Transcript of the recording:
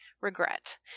regret